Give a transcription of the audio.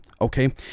okay